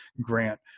Grant